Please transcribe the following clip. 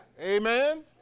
Amen